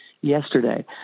yesterday